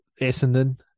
Essendon